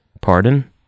Pardon